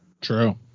True